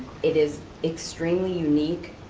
it is extremely unique.